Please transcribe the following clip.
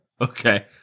Okay